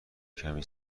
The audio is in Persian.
کمی